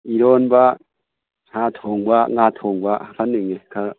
ꯏꯔꯣꯟꯕ ꯁꯥ ꯊꯣꯡꯕ ꯉꯥ ꯊꯣꯡꯕ ꯍꯥꯞꯍꯟꯅꯤꯡꯉꯤ ꯈꯔ